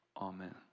Amen